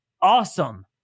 awesome